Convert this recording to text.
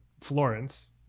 Florence